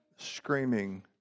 screaming